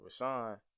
Rashawn